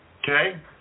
Okay